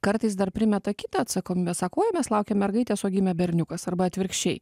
kartais dar primeta kitą atsakomybę sako oi mes laukėm mergaitės o gimė berniukas arba atvirkščiai